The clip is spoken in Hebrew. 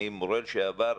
אני מורה לשעבר,